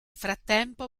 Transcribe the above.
frattempo